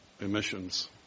emissions